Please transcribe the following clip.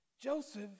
Joseph